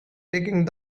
taking